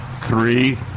three